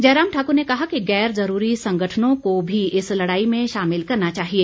जयराम ठाकुर ने कहा कि गैर सरकारी संगठनों को भी इस लड़ाई में शामिल करना चाहिए